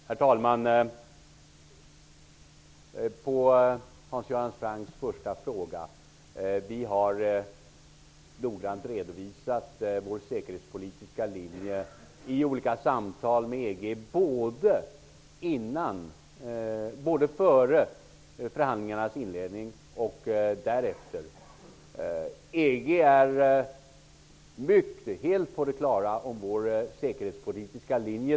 Herr talman! På Hans Göran Francks första fråga vill jag säga att vi noggrant har redovisat vår säkerhetspolitiska linje i olika samtal med EG, både före förhandlingarnas inledning och därefter. EG är helt på det klara med Sveriges säkerhetspolitiska linje.